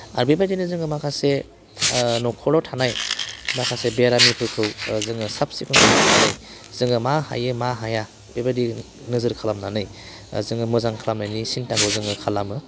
आरो बेबायदिनो जोङो माखासे न'खराव थानाय माखासे बेरामिफोरखौ जोङो साब सिकुन खालामनानै जोङो मा हायो मा हाया बेफोरबायदि नोजोर खालामनानै जोङो मोजां खालामनायनि सिन्ताखौ जोङो खालामो